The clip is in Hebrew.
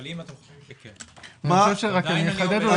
אבל אם אתם חושבים שכן --- כדי ליישם,